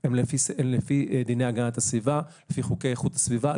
הם לפי דיני הגנת הסביבה וחוקי איכות הסביבה.